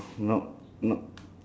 not not